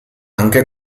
anche